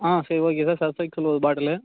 ஆ சரி okay sir Surf Excel ஒரு bottle